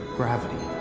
gravity,